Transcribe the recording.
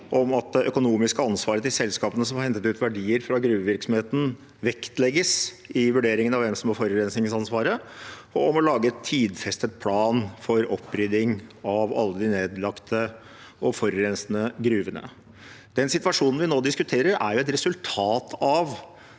om at det økonomiske ansvaret til selskapene som har hentet ut verdier fra gruvevirksomheten, vektlegges i vurderingen av hvem som har forurensningsansvaret, og om å lage en tidfestet plan for opprydding av alle de nedlagte og forurensende gruvene. Den situasjonen vi nå diskuterer, er et resultat av